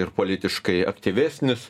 ir politiškai aktyvesnis